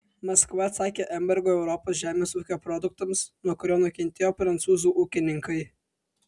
maskva atsakė embargu europos žemės ūkio produktams nuo kurio nukentėjo prancūzų ūkininkai